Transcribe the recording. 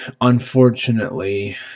unfortunately